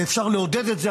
ואפשר לעודד את זה.